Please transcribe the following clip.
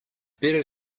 better